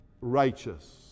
righteous